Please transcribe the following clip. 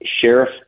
Sheriff